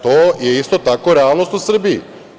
To je isto tako realnost u Srbiji.